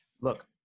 look